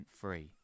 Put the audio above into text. free